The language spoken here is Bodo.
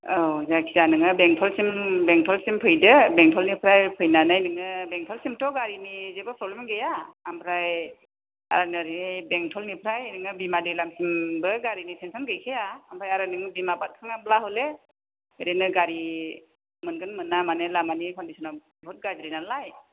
औ जायखिया नोङो बेंथलसिम बेंथलसिम फैदो बेंथलनिफ्राय फैनानै नोङो बेंथलसिमथ' गारिनि जेबो प्रब्लेम गैया ओमफ्राय आरो नोरै बेंथलनिफ्राय बिमा दैलामसिमबो गारिनि थेनसन आनो गैखाया ओमफ्राय आरो बिमा बादखाङाब्ला हले एरैनो गारि मोनगोन मोना माने लामानि कनदिसना बहुथ गाज्रि नालाय